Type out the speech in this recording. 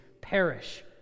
perish